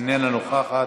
איננה נוכחת.